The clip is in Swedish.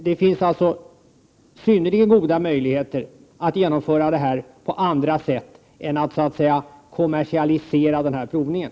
Det finns alltså synnerligen goda möjligheter att genomföra detta på andra sätt än genom att kommersialisera provningen.